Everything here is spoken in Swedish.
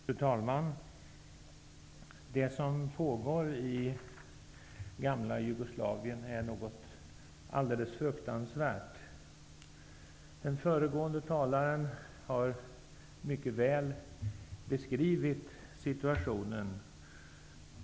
Fru talman! Det som pågår i gamla Jugoslavien är något alldeles fruktansvärt. Den föregående talaren har mycket väl beskrivit situationen.